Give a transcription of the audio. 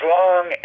long